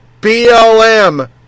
BLM